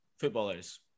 footballers